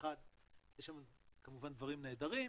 יש שם כמובן דברים נהדרים,